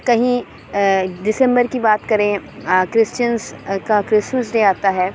کہیں ڈسمبر کی بات کریں کرسچنس کا کرسمس ڈے آتا ہے